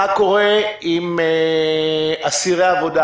מה קורה עם אסירי עבודה?